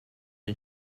and